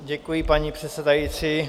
Děkuji, paní předsedající.